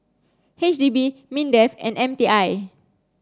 H D B MINDEF and M T I